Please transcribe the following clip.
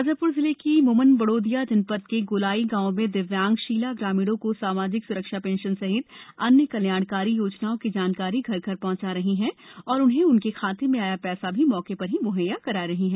शाजापुर जिले की मोमन बडोदिया जनपद के गोलाई गांव में दिव्यांग शीला ग्रामीणों को सामाजिक सुरक्षा पेंशन सहित अन्य कल्याणकारी योजनाओं की जानकारी घर घर जाकर पहुँचा रही है तथा उन्हे उनके खाते में आया पैसा भी मौके पर ही मुहैया करा रही है